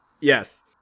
Yes